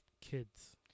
kids